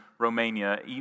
Romania